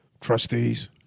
trustees